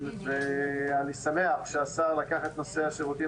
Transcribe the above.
ואני שמח שהשר לקח את נושא השירותים